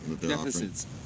Deficits